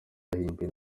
yahimbiwe